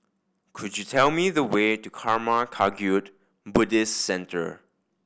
could you tell me the way to Karma Kagyud Buddhist Centre